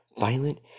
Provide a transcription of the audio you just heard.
violent